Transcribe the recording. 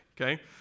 okay